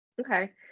Okay